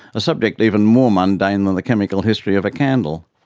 a subject even more mundane than the chemical history of a candle.